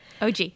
OG